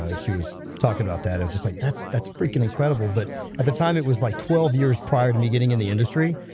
ah she was talking about that it's just like that's that's freaking incredible, but at the time it was like twelve years prior to me getting in the industry,